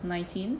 nineteen